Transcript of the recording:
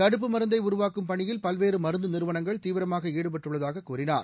தடுப்பு மருந்தை உருவாக்கும் பணியில் பல்வேறு மருந்து நிறுவனங்கள் தீவிரமாக ஈடுபட்டுள்ளதாக கூறினார்